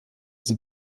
sie